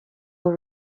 will